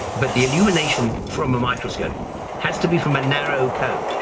but the illumination from a microscope has to be from a narrow cone.